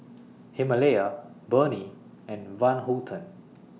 Himalaya Burnie and Van Houten